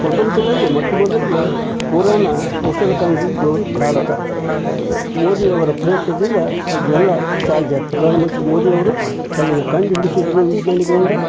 ಪ್ರಪಂಚದಲ್ಲಿ ಮೊಟ್ಟ ಮೊದಲಿಗೆ ಕೊರೋನ ಹೊಸದು ಕಾಣಿಸಿದ್ದು ಭಾರತ ಮೋದಿಯವರ ಪ್ರಯತ್ನದಿಂದ ಅದು ಎಲ್ಲ ಸಾಧ್ಯ ಆಯ್ತು ಪ್ರಧಾನ ಮಂತ್ರಿ ಮೋದಿಯವರು ಅದನ್ನು ಕಂಡು ಹಿಡಿಸಿದ್ರು ವಿಜ್ಞಾನಿಗಳಿಂದ